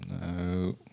No